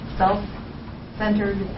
self-centered